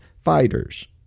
fighters